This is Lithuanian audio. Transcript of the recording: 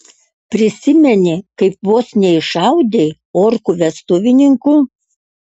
prisimeni kaip vos neiššaudei orkų vestuvininkų